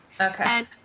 Okay